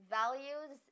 values